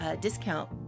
discount